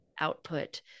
output